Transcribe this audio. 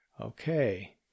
Okay